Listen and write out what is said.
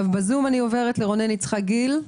רונן יצחק גיל,